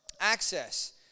Access